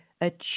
achieve